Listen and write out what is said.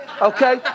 Okay